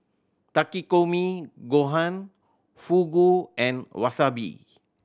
Takikomi Gohan Fugu and Wasabi